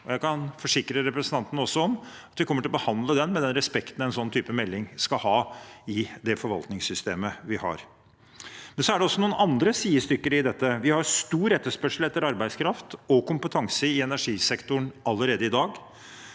Jeg kan forsikre representanten om at vi kommer til å behandle den med den respekten en slik type melding skal ha i det forvaltningssystemet vi har. Det er også noen andre sider ved dette. Vi har allerede i dag stor etterspørsel etter arbeidskraft og kompetanse i energisektoren, og